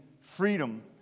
freedom